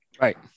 Right